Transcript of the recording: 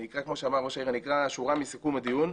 אני אקרא שורה מסיכום הדיון,